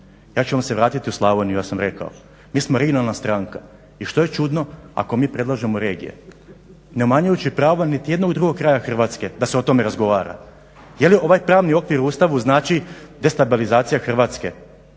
Ja ću vam se vratiti u Slavoniju, ja sam rekao. Mi smo regionalna stranka i što je čudno ako mi predlažemo regije, ne umanjujući prava niti jednog drugog kraja Hrvatske da se o tome razgovara. Je li ovaj pravni okvir u Ustavu znači destabilizacija Hrvatske